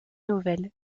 nouvelle